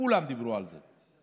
כולם דיברו על זה.